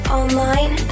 online